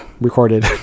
recorded